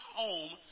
home